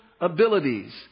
abilities